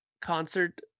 concert